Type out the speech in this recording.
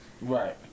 Right